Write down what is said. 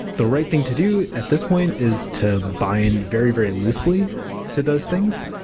the right thing to do at this point is to bind very, very loosely to those things.